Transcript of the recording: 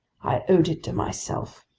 i owed it to myself!